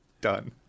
Done